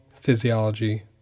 physiology